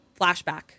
Flashback